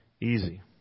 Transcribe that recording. easy